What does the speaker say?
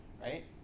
right